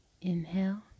inhale